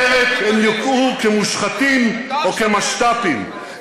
אחרת הם יוקעו כמושחתים או כמשת"פים.